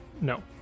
no